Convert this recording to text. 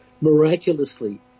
Miraculously